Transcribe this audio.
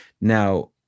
Now